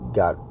got